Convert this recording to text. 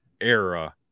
era